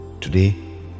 Today